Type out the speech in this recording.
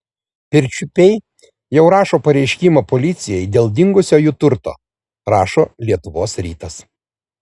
pirčiupiai jau rašo pareiškimą policijai dėl dingusio jų turto rašo lietuvos rytas